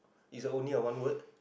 is a only a one word